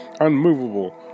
unmovable